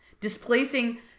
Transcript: displacing